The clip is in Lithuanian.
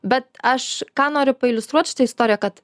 bet aš ką noriu pailiustruot šita istorija kad